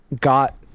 got